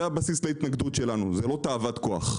זה הבסיס להתנגדות שלנו, זה לא תאוות כוח.